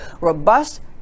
Robust